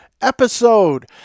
episode